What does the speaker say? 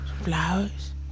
flowers